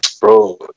bro